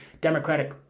democratic